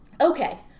Okay